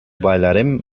ballarem